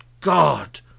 God